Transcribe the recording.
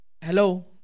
Hello